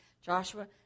Joshua